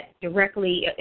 directly